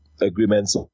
agreements